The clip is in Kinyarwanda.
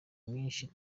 myinshi